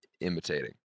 imitating